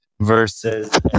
versus